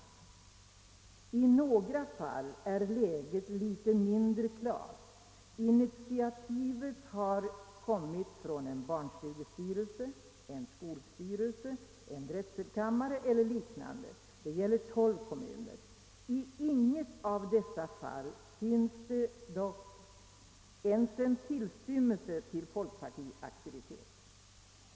I några fall är läget litet mindre klart; initiativet har då kommit från en barnstugestyrelse, en skolstyrelse, en drätselkammare eller liknande. Detta gäller 12 kommuner. I inget av dessa fall finns det ens en tillstymmelse till folkpartiaktivitet.